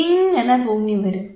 ഇങ്ങനെ പൊങ്ങിവരും